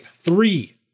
three